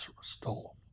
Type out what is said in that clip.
stole